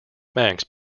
banks